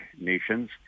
nations